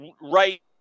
right